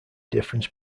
difference